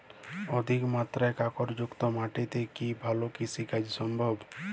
অধিকমাত্রায় কাঁকরযুক্ত মাটিতে কি ভালো কৃষিকাজ সম্ভব?